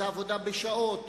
זה עבודה בשעות?